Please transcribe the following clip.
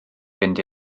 fynd